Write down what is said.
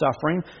suffering